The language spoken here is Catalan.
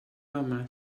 home